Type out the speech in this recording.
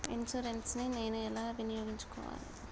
Insurance ని నేను ఎలా వినియోగించుకోవాలి?